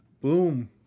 boom